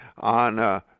on